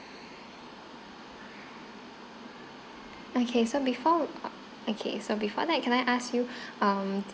okay so before okay so before that can I ask you um